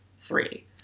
three